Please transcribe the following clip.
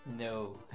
No